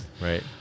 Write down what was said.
Right